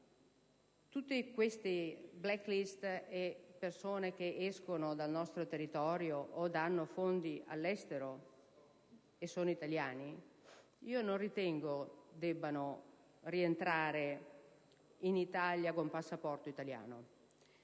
Tutte queste *black list* e persone che escono dal nostro territorio o danno fondi all'estero e sono italiani, ritengo non debbano rientrare in Italia con passaporto italiano.